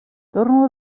torno